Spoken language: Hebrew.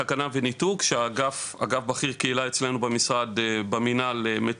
סכנה וניתוק שאגף בכיר קהילה אצלנו במנהל מטפל,